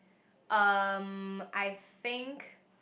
um I think